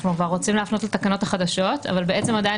אנחנו כבר רוצים להפנות לתקנות החדשות אבל בעצם עדיין